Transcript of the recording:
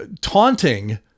taunting